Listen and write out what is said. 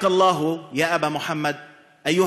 (אומר בערבית: אבא מוחמד הדתי